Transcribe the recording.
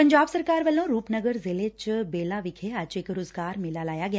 ਪੰਜਾਬ ਸਰਕਾਰ ਵੱਲੋਂ ਰੁਪਨਗਰ ਜ਼ਿਲ੍ਹੇ ਚ ਬੇਲਾ ਵਿਖੇ ਅੱਜ ਇਕ ਰੋਜ਼ਗਾਰ ਮੇਲਾ ਲਾਇਆ ਗਿਆ